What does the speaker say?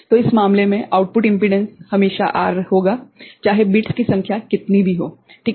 तो इस मामले में आउटपुट इम्पीडेंस हमेशा R होगा चाहे बिट्स की संख्या कितनी भी हो ठीक है